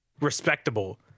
respectable